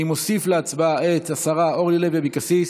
אני מוסיף להצבעה את השרה אורלי לוי אבקסיס,